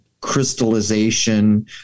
crystallization